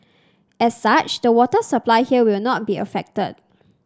as such the water supply here will not be affected